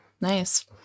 Nice